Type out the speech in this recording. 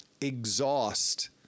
Exhaust